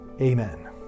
Amen